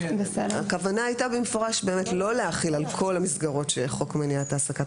הכוונה הייתה במפורש באמת לא להחיל על כל המסגרות שחוק למניעת העסקת